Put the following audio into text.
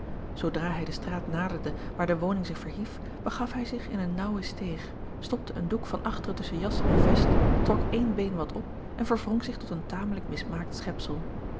zoodra hij de straat naderde waar de woning zich verhief begaf hij zich in eene naauwe steeg stopte een doek van achteren tusschen jas en vest trok één been wat op en verwrong zich tot een tamelijk mismaakt